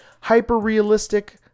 Hyper-realistic